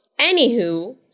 anywho